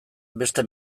beste